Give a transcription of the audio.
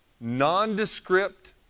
nondescript